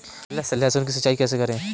लहसुन की सिंचाई कैसे करें?